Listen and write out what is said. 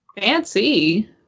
Fancy